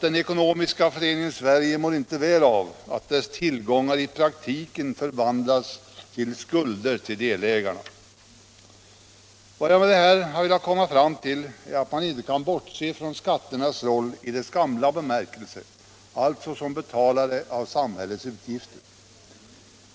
Den ekonomiska föreningen Sverige mår inte väl av att dess tillgångar i praktiken har förvandlats till skulder till delägarna. Vad jag med detta har velat komma fram till är att man inte kan bortse från skatternas roll i den gamla bemärkelsen, alltså som betalare av samhällets utgifter.